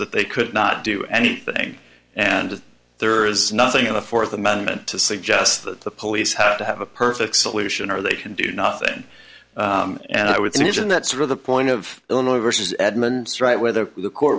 that they could not do anything and there is nothing in the fourth amendment to suggest that the police have to have a perfect solution or they can do nothing and i would imagine that sort of the point of illinois versus edmonds right whether the court